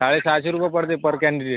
साडे सहाशे रुपये पडतील पर कँडिडेट